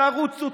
תרוצו,